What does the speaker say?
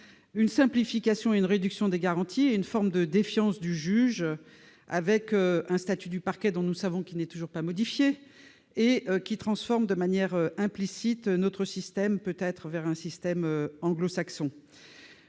une simplification et une réduction des garanties et une forme de défiance vis-à-vis du juge, avec un statut du parquet dont nous savons qu'il n'est toujours pas modifié et qui fait évoluer de manière implicite notre système vers, peut-être, un système anglo-saxon.